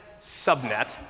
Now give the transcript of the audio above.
subnet